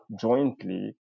jointly